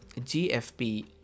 gfp